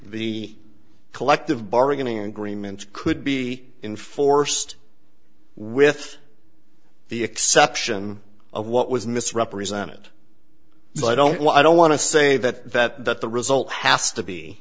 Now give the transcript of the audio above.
the collective bargaining agreements could be enforced with the exception of what was misrepresented but i don't what i don't want to say that that that the result has to be